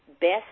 best